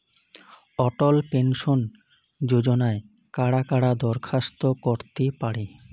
অটল pension যোজনায় কারা কারা দরখাস্ত করতে পারে?